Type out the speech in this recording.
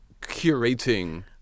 curating